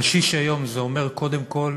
קשיש היום זה אומר קודם כול